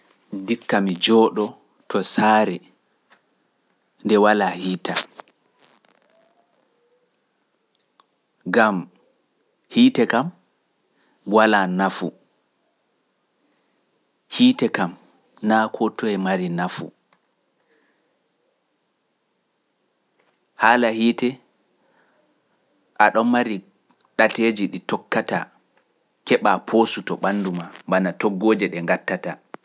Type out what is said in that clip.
Ndikka mi jooɗo to saare nde walaa hiita, ngam hiite kam walaa nafu, hiite kam naaa mari ɗateeji ɗi tokkata keɓa poosu to ɓanndu maa, mbana toggoje ɗe ngattata.